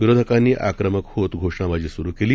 विरोधकांनी आक्रमक होत घोषणाबाजी सुरू केली